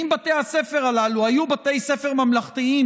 אם בתי הספר הללו היו בתי ספר ממלכתיים